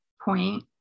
point